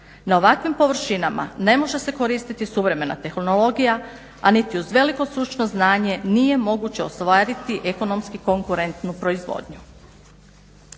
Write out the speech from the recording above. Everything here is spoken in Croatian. Na ovakvim površinama ne može se koristiti suvremena tehnologija a niti uz veliko stručno znanje nije moguće ostvariti ekonomski konkurentnu proizvodnju.